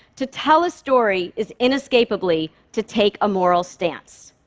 to tell a story is, inescapably, to take a moral stance.